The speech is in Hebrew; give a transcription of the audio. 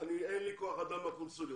שאין לה כוח אדם בקונסוליות,